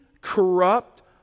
corrupt